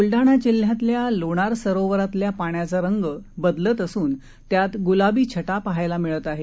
बुलढाणा जिल्ह्यातल्या लोणार सरोवरातल्या पाण्याचा रंग बदलत असून त्यात गुलाबी छटा पहायला मिळत आहे